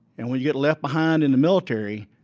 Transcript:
and when you get left behind in the military,